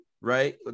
right